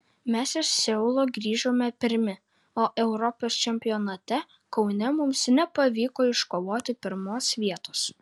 mes iš seulo grįžome pirmi o europos čempionate kaune mums nepavyko iškovoti pirmos vietos